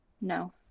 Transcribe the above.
No